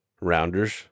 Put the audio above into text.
rounders